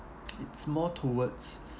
it's more towards